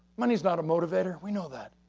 money is not a motivator, we know that.